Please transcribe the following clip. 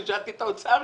אני שאלתי את האוצר,